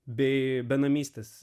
bei benamystės